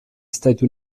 stati